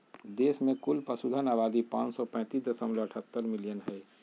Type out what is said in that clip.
देश में कुल पशुधन आबादी पांच सौ पैतीस दशमलव अठहतर मिलियन हइ